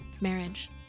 Marriage